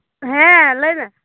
ᱦᱮᱸ ᱞᱟᱹᱭ ᱢᱮ